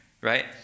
right